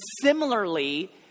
similarly